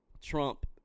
Trump